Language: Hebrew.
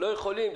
לא יכולים?